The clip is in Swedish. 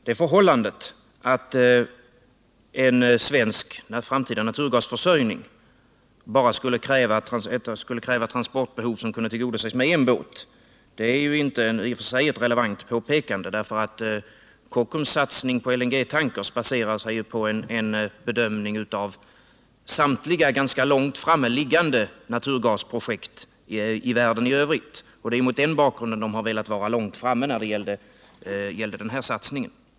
Det förhållandet att en svensk framtida naturgasförsörjning bara skulle innebära ett transportbehov som skulle kunna tillgodoses med en båt är i och för sig inte ett relevant påpekande, eftersom Kockums satsning på LNG-tankrar baserar sig på en bedömning av samtliga ganska långt framme liggande naturgasprojekt i världen i övrigt. Det är mot den bakgrunden de har velat vara långt framme när det gällde den här satsningen.